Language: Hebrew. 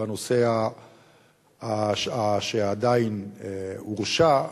ובנושא שעדיין הורשע,